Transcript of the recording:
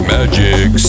Magic